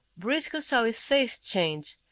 briscoe saw his face change,